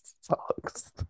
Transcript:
sucks